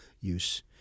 use